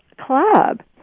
Club